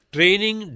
Training